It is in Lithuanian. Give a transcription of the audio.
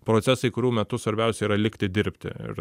procesai kurių metu svarbiausia yra likti dirbti ir